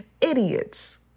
idiots